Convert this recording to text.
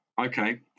Okay